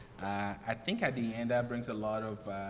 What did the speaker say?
i think at the end that brings a lot of